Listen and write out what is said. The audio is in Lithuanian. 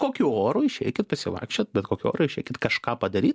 kokiu oru išeikit pasivaikščiot bet kokiu oru išeikit kažką padaryt